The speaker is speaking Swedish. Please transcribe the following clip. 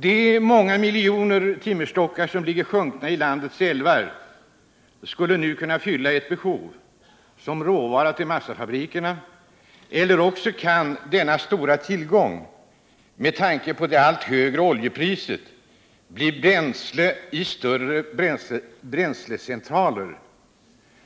De många miljoner timmerstockar som ligger sjunkna i landets älvar skulle nu kunna fylla ett behov som råvara till massafabrikerna, eller också kan denna stora tillgång, med tanke på det allt högre oljepriset, bli bränsle i större bränslecentraler,